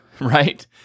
Right